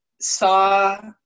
saw